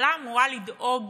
ממשלה אמורה לדאוג